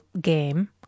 game